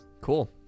Cool